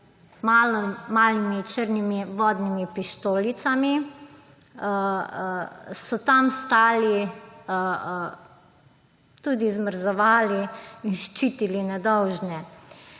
malimi črnimi vodnimi pištolicami, so tam stali, tudi zmrzovali in ščitili nedolžne.